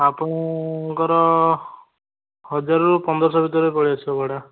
ଆପଣଙ୍କର ହଜାରରୁ ପନ୍ଦରଶହ ଭିତରେ ପଳେଇ ଆସିବା ଭଡ଼ା